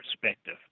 perspective